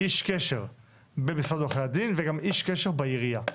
איש קשר במשרד עורכי הדין, וגם איש קשר בעירייה.